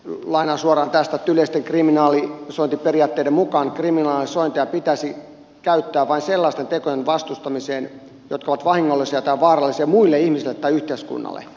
laina suoraan tästä tyylistä kriminali yleisten kriminalisointiperiaatteiden mukaan kriminalisointeja pitäisi käyttää vain sellaisten tekojen vastustamiseen jotka ovat vahingollisia tai vaarallisia muille ihmisille tai yhteiskunnalle